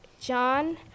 John